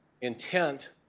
intent